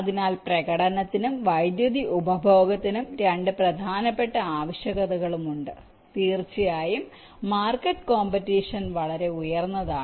അതിനാൽ പ്രകടനത്തിനും വൈദ്യുതി ഉപഭോഗത്തിനും രണ്ട് പ്രധാനപ്പെട്ട ആവശ്യകതകളും ഉണ്ട് തീർച്ചയായും മാർക്കറ്റ് കോമ്പറ്റിഷൻ വളരെ ഉയർന്നതാണ്